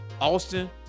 Austin